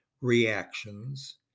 reactions